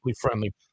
friendly